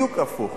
בדיוק הפוך.